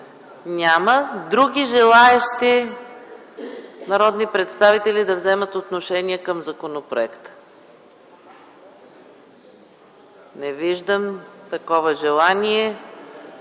ли други желаещи народни представители да вземат отношение към законопроекта? Не виждам такова желание.